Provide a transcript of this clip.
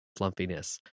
flumpiness